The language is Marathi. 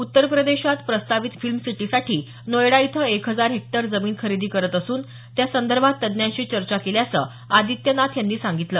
उत्तरप्रदेशात प्रस्तावित फिल्मसिटीसाठी नोएडा इथं एक हजार हेक्टर जमीन खरेदी करत असून त्या संदर्भात तज्ज्ञांशी चर्चा केल्याचं आदित्यनाथ यांनी सांगितलं